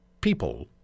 people